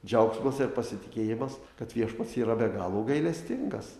džiaugsmas ir pasitikėjimas kad viešpats yra be galo gailestingas